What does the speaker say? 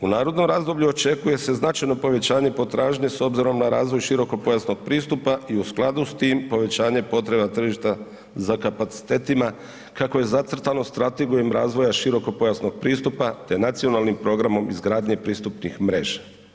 U narodnom razdoblju očekuje se značajno povećanje potražnje s obzirom na razvoj širokopojasnog pristupa i u skladu s tim povećanje potreba tržišta za kapacitetima kako je zacrtano strategijom razvoja širokopojasnog pristupa te nacionalnim programom izgradnje pristupnih mreža.